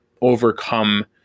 overcome